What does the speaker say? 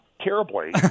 terribly